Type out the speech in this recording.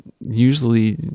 usually